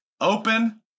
open